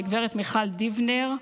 ולגב' מיכל דיבנר-כרמל,